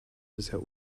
bisher